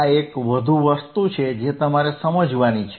આ એક વધુ વસ્તુ છે જે તમારે સમજવાની છે